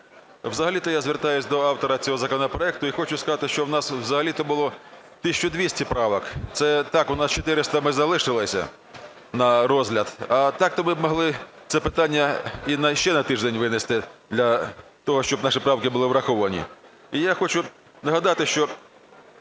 Взагалі-то я звертаюсь до автора цього законопроекту і хочу сказати, що в нас взагалі-то було тисяча 200 правок. Це, так, у нас 400 залишилося на розгляд, а так то ми б могли це питання і ще на тиждень винести для того, щоб наші правки були враховані. І я хочу нагадати, що